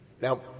Now